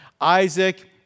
Isaac